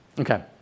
Okay